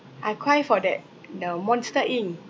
I cry for that the monster inc